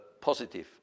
positive